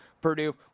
Purdue